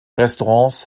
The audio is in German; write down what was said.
restaurants